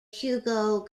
hugo